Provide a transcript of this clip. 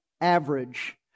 average